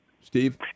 Steve